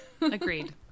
Agreed